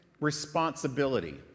responsibility